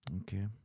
Okay